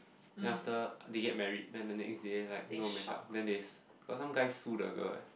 then after they get married then the next day like no make up then there's got some guy sue the girl eh